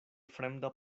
fremda